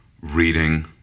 reading